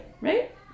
right